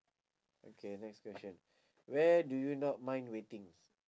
okay next question where do you not mind waiting